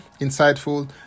insightful